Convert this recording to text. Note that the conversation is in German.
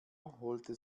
holte